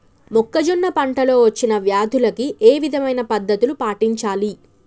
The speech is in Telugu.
మొక్కజొన్న పంట లో వచ్చిన వ్యాధులకి ఏ విధమైన పద్ధతులు పాటించాలి?